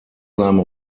seinem